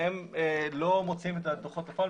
לא מוציאים את הדוחות לפועל,